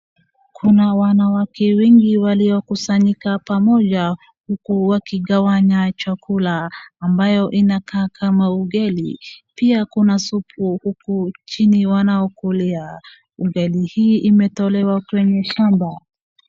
Kuna wanawake wengi waliokusanyika pamoja, huku wakigawana chakula ambayo inakaa kama ugali pia kuna supu huku chini wanaokulia. Ugali hii imetolewa kwenye shamba.